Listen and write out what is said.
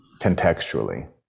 contextually